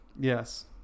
Yes